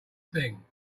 thing